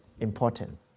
important